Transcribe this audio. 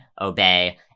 obey